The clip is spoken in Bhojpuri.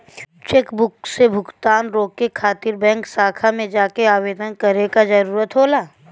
चेकबुक से भुगतान रोके खातिर बैंक शाखा में जाके आवेदन करे क जरुरत होला